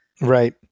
right